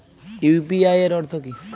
UPI এর অর্থ কি?